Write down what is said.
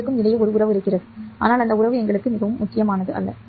இருவருக்கும் இடையே ஒரு உறவு இருக்கிறது ஆனால் அந்த உறவு எங்களுக்கு மிகவும் முக்கியமல்ல